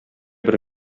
бер